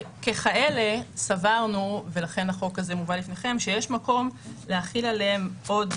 ככאלה סברנו - ולכן החוק הזה מובא לפניכם שיש מקום להחיל עליהם עוד